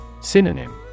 Synonym